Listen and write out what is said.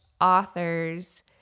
authors –